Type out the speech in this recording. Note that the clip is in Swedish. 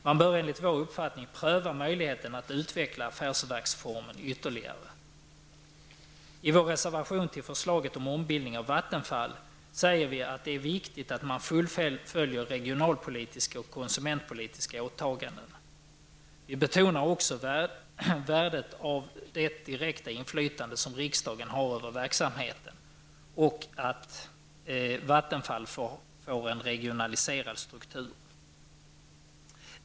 Man bör enligt vår uppfattning pröva möjligheterna att utveckla affärsverksformen ytterligare. I vår reservation till förslaget om ombildning av Vattenfall säger vi att det är viktigt att man fullföljer regionalpolitiska och konsumentpolitiska åtaganden. Vi betonar också värdet av det direkta inflytande som riksdagen har över verksamheten och värdet av att Vattenfall får en regionaliserad struktur.